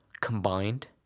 combined